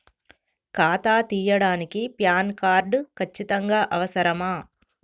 ఖాతా తీయడానికి PAN card ఖచ్చితంగా అవసరమా?